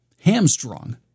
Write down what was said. hamstrung